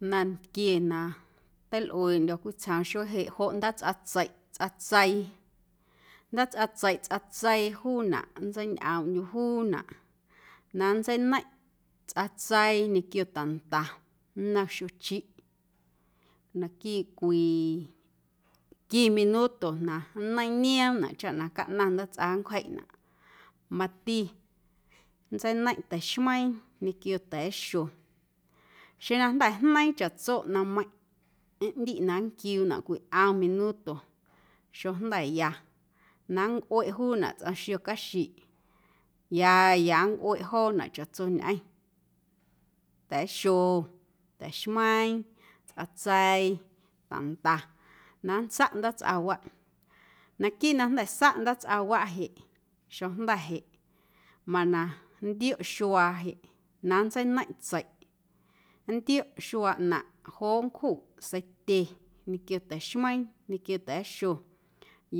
Nantquie na teilꞌueeꞌndyo̱ cwitsjoom xuee jeꞌ joꞌ ndaatsꞌa tseiꞌ tsꞌatseii, ndaatsꞌa tseiꞌ tsꞌatseii juunaꞌ nntseiñꞌoomꞌndyuꞌ juunaꞌ na nntseineiⁿꞌ tsꞌatseii ñequio ta̱nda nnom xiochiꞌ naquiiꞌ cwii qui minuto na nneiiⁿnioomnaꞌ chaꞌ na caꞌnaⁿ ndaatsꞌa nncwjeiꞌnaꞌ mati nntseineiⁿꞌ ta̱xmeiiⁿ ñequio ta̱a̱xo xeⁿ na jnda̱ jneiiⁿ chaꞌtso naⁿmeiⁿꞌ ꞌndiꞌ na nnquiuunaꞌ cwii ꞌom minuto xojnda̱ ya na nncꞌueꞌ juunaꞌ tsꞌom xio caxiꞌ ya ya nncꞌueꞌ joonaꞌ chaꞌtsoñꞌeⁿ ta̱a̱xo, ta̱xmeiiⁿ, tsꞌatseii, ta̱nda na nntsaꞌ ndaatsꞌawaꞌ naquiiꞌ na jnda̱ saꞌ ndaatsꞌawaꞌ jeꞌ xojnda̱ jeꞌ mana nntioꞌ xuaa jeꞌ na nntseineiⁿꞌ tseiꞌ nntioꞌ xuaa ꞌnaⁿꞌ joꞌ nncjuꞌ seitye ñequio ta̱xmeiiⁿ, ñequio ta̱a̱xo